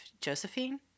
Josephine